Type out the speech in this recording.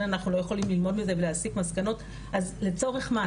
אנחנו לא יכולים ללמוד מזה ולהסיק מסקנות אז לצורך מה?